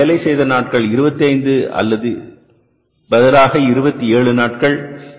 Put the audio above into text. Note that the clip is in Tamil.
இது நாம் வேலை செய்த நாட்கள் 25 அல்லது 27 நாட்கள்